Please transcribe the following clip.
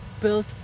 built